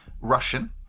Russian